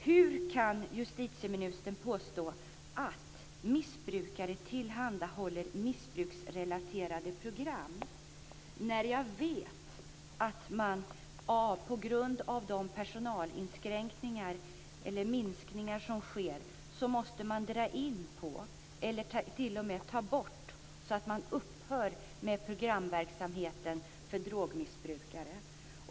Hur kan justitieministern påstå att missbrukare har tillgång till missbruksrelaterade program? Jag vet att man på grund av de personalinskränkningar som sker måste dra in på eller t.o.m. ta bort programverksamheten för drogmissbrukare.